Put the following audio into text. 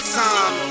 time